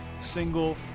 single